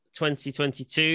2022